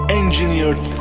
engineered